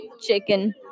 chicken